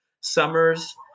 summers